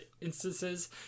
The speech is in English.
instances